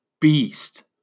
beast